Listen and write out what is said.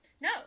No